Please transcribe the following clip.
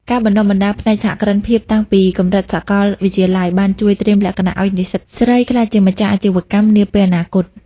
ការបណ្តុះបណ្តាលផ្នែកសហគ្រិនភាពតាំងពីកម្រិតសកលវិទ្យាល័យ បានជួយត្រៀមលក្ខណៈឱ្យនិស្សិតស្រីក្លាយជាម្ចាស់អាជីវកម្មនាពេលអនាគត។